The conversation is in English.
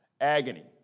Agony